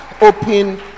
open